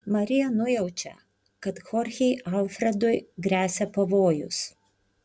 marija nujaučia kad chorchei alfredui gresia pavojus